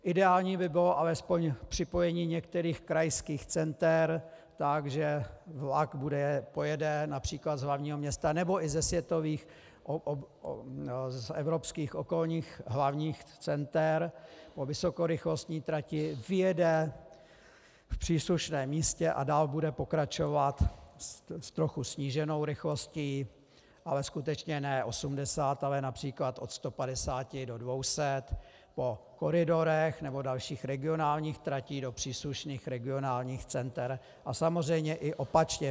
Ideální by bylo alespoň připojení některých krajských center tak, že vlak pojede například z hlavního města nebo i ze světových, evropských, okolních, hlavních center po vysokorychlostní trati, vyjede v příslušném místě a dál bude pokračovat s trochu sníženou rychlostí, ale skutečně ne 80, ale například od 150 do 200 po koridorech nebo dalších regionálních tratí do příslušných regionálních center, a samozřejmě i opačně.